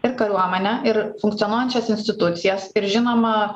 ir kariuomenę ir funkcionuojančias institucijas ir žinoma